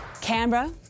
Canberra